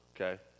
Okay